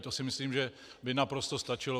To si myslím, že by naprosto stačilo.